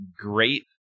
great